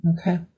Okay